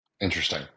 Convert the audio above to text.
Interesting